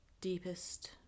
deepest